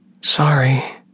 Sorry